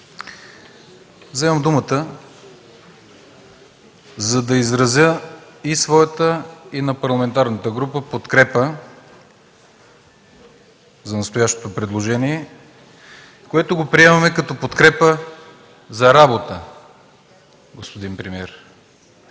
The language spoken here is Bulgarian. Вземам думата, за да изразя и своята, и на парламентарната група подкрепа за настоящото предложение, което го приемаме като подкрепа за работа, господин премиер!